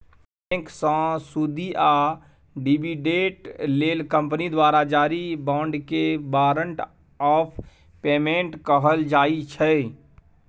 बैंकसँ सुदि या डिबीडेंड लेल कंपनी द्वारा जारी बाँडकेँ बारंट आफ पेमेंट कहल जाइ छै